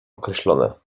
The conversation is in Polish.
określone